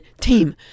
team